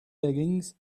leggings